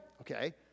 okay